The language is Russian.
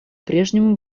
прежнему